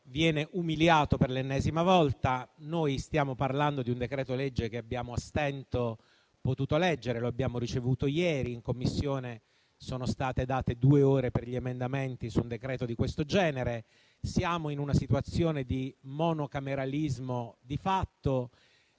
viene umiliato per l'ennesima volta. Stiamo parlando di un decreto-legge che abbiamo a stento potuto leggere: lo abbiamo ricevuto ieri in Commissione; sono state date due ore per presentare degli emendamenti su un provvedimento di questo genere. Siamo in una situazione di monocameralismo di fatto.